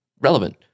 relevant